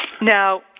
Now